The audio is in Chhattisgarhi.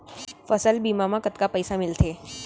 फसल बीमा म कतका पइसा मिलथे?